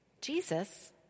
Jesus